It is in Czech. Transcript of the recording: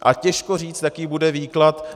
A těžko říct, jaký bude výklad.